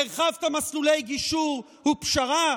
הרחבת מסלולי גישור ופשרה?